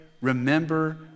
remember